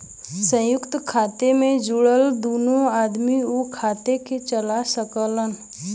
संयुक्त खाता मे जुड़ल दुन्नो आदमी उ खाता के चला सकलन